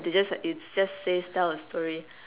it's just it's says tell a story